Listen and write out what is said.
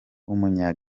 w’umunya